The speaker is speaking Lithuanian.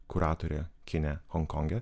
kuratore kine honkonge